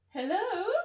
Hello